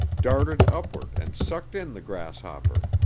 darted upward and sucked in the grasshopper.